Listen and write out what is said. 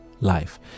life